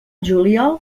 juliol